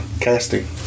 casting